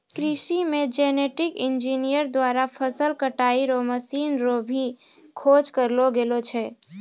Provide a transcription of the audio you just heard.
कृषि मे genetic engineer द्वारा फसल कटाई रो मशीन रो भी खोज करलो गेलो छै